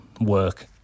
work